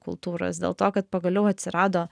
kultūros dėl to kad pagaliau atsirado